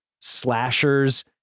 slashers